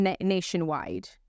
nationwide